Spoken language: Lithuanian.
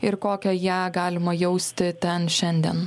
ir kokią ją galima jausti ten šiandien